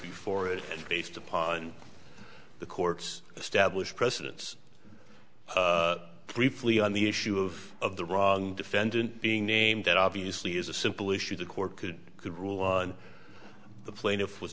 before it is based upon the court's established precedence briefly on the issue of of the wrong defendant being named that obviously is a simple issue the court could could rule on the plaintiff was